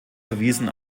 verwiesen